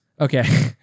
Okay